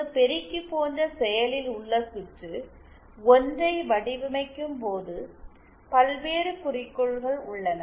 ஒரு பெருக்கி போன்ற செயலில் உள்ள சுற்று ஒன்றை வடிவமைக்கும்போது பல்வேறு குறிக்கோள்கள் உள்ளன